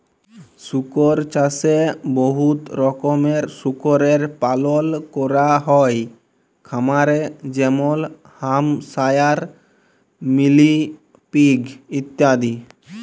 শুকর চাষে বহুত রকমের শুকরের পালল ক্যরা হ্যয় খামারে যেমল হ্যাম্পশায়ার, মিলি পিগ ইত্যাদি